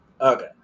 Okay